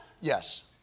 Yes